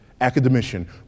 academician